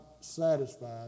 satisfied